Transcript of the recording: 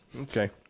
Okay